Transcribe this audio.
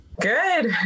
Good